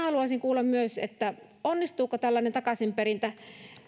haluaisin kuulla että onnistuuko tällainen takaisinperintä